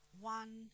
one